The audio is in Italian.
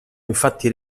infatti